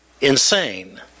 insane